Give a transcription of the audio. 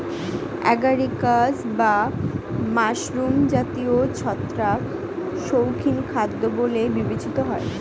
agaricus বা mushroom জাতীয় ছত্রাক শৌখিন খাদ্য বলে বিবেচিত হয়